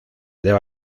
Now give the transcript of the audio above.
deba